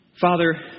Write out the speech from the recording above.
Father